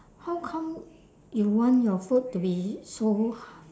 how come you want your food to be so